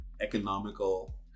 economical